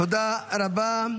תודה רבה.